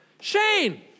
Shane